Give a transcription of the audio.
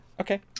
Okay